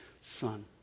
son